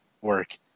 work